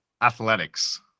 Athletics